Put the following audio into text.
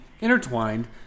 intertwined